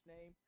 name